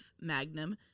Magnum